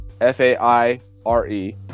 f-a-i-r-e